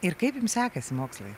ir kaip jums sekasi mokslai